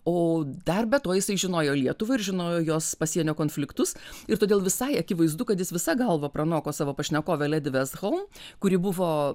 o dar be to jisai žinojo lietuvą ir žinojo jos pasienio konfliktus ir todėl visai akivaizdu kad jis visa galva pranoko savo pašnekovę ledi vestholm kuri buvo